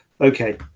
okay